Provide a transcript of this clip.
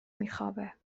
میخوابه